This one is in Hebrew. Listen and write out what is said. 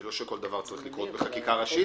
לא שכל דבר צריך לקרות בחקיקה ראשית,